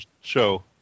show